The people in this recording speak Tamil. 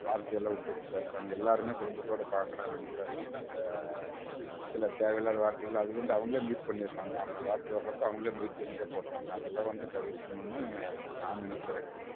வார்த்தையெல்லாம் விட்டு விட்டு பேசுறாங்க எல்லாருமே குடும்பத்தோடு பாக்குறாங்கன்னு இல்லை இல்லாம சில தேவை இல்லாத வார்தைகள் அது வந்து அவங்களே மியூட் பண்ணிடுறாங்க அப்படி வார்த்தை வர்றப்போ அவங்களே மியூட் பண்ணிதான் போடுறாங்க அதெல்லாம் வந்து தவிர்க்கணும்ன்னு நான் நினைக்கிறேன்